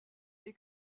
est